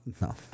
No